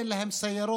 אין להן סיירות,